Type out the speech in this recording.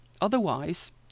Otherwise